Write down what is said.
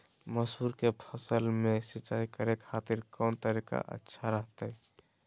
मसूर के फसल में सिंचाई करे खातिर कौन तरीका अच्छा रहतय?